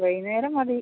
വൈകുന്നേരം മതി